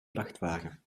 vrachtwagen